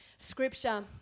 Scripture